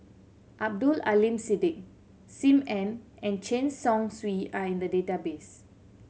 Abdul Aleem Siddique Sim Ann and Chen Chong Swee are in the database